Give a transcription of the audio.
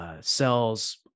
cells